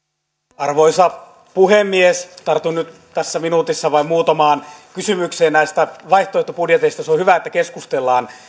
arvoisa puhemies tartun nyt tässä minuutissa vain muutamaan kysymykseen näistä vaihtoehtobudjeteista se on hyvä että keskustellaan